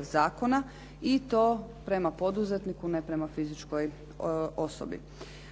zakona i to prema poduzetniku, ne prema fizičkoj osobi.